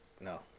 No